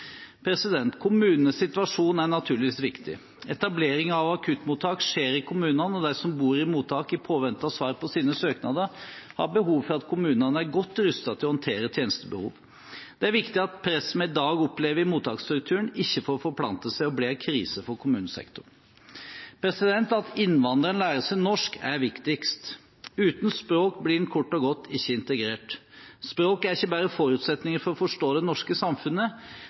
Kommunenes situasjon er naturligvis viktig. Etablering av akuttmottak skjer i kommunene, og de som bor i mottak i påvente av svar på sine søknader, har behov for at kommunene er godt rustet til å håndtere tjenestebehov. Det er viktig at presset vi i dag opplever i mottaksstrukturen, ikke får forplante seg og bli en krise for kommunesektoren. At innvandreren lærer seg norsk, er viktigst. Uten språk blir en kort og godt ikke integrert. Språk er ikke bare forutsetningen for å forstå det norske samfunnet,